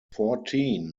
fourteen